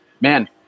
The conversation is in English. man